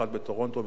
אחת בטורונטו,